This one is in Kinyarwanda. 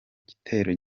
gitero